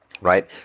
right